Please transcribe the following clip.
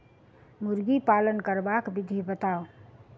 मुर्गी पालन करबाक विधि बताऊ?